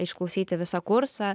išklausyti visą kursą